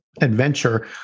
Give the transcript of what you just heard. adventure